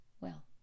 Well